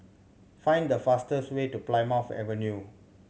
find the fastest way to Plymouth Avenue